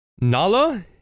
Nala